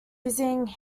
using